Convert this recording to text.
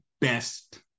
best